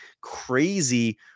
crazy